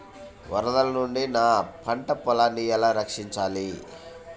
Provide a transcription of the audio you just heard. వరదల నుండి నా పంట పొలాలని ఎలా రక్షించాలి?